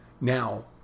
Now